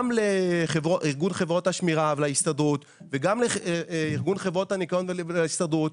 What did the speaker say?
גם לארגון חברות השמירה ולהסתדרות וגם לארגון חברות הניקיון ולהסתדרות,